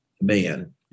man